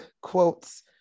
quotes